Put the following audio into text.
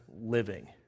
living